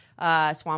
swamp